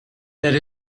there